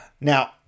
Now